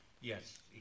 Yes